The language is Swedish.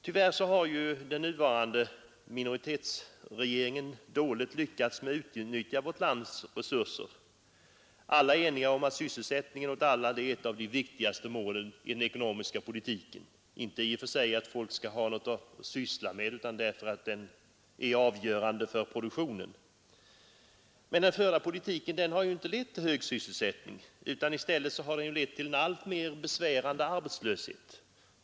Tyvärr har den nuvarande minoritetsregeringen lyckats dåligt med att utnyttja vårt lands resurser. Alla är eniga om att sysselsättning för alla människor är ett av de viktigaste målen i den ekonomiska politiken, inte därför att människorna i och för sig skall ha någonting att syssla med utan därför att det är avgörande för produktionen. Men den förda politiken har inte lett till hög sysselsättning utan i stället till en alltmer besvärande arbetslöshet.